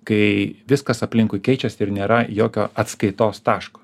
kai viskas aplinkui keičias ir nėra jokio atskaitos taško